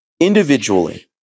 Individually